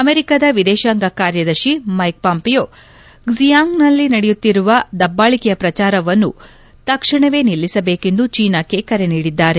ಅಮೆರಿಕದ ವಿದೇಶಾಂಗ ಕಾರ್ಯದರ್ಶಿ ಮೈಕ್ ಪಾಂಪೆಯೋ ಕ್ಲಿಯಾಯಾಂಗ್ನಲ್ಲಿ ನಡೆಯುತ್ತಿರುವ ದಬ್ದಾಳಿಕೆಯ ಪ್ರಚಾರವನ್ನು ತಕ್ಷಣವೇ ನಿಲ್ಲಿಸಬೇಕೆಂದು ಚೀನಾಕ್ಕೆ ಕರೆ ನೀಡಿದ್ದಾರೆ